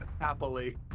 Happily